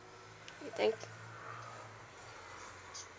thank